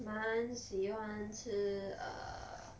蛮喜欢吃 err